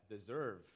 deserve